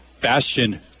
Bastion